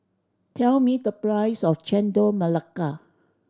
tell me the price of Chendol Melaka